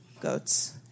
goats